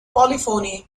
polyphony